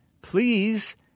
please